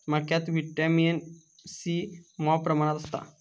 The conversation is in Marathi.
मक्यात व्हिटॅमिन सी मॉप प्रमाणात असता